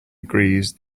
agrees